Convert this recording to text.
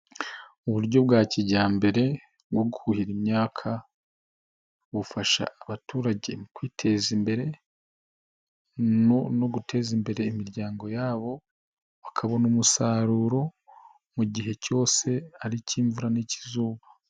Uburyo bwa kijyambere bwo kuhira imyaka, bufasha abaturage kwiteza imbere, no guteza imbere imiryango yabo, bakabona umusaruro mu gihe cyose, ari icy'imvura n'ikizuba.